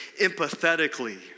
empathetically